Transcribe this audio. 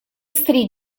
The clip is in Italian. street